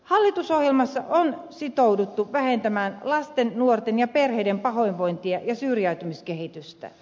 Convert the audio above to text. hallitusohjelmassa on sitouduttu vähentämään lasten nuorten ja perheiden pahoinvointia ja syrjäytymiskehitystä